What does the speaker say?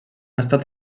estat